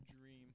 dream